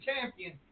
champion